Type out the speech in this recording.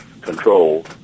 control